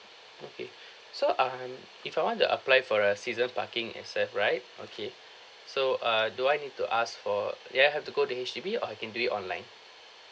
okay so um if I want to apply for a season parking access right okay so ah do I need to ask for do I have to go to H_D_B or I can do it online